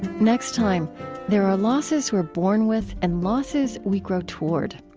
next time there are losses we're born with and losses we grow toward.